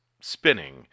spinning